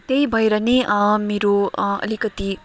त्यही भएर नै मेरो अलिकति